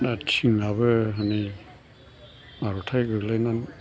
दा थिङाबो हनै आर'न्थाइ गोलैना